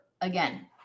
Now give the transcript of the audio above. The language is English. again